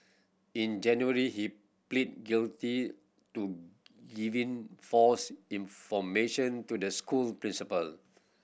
in January he pleaded guilty to giving false information to the school principal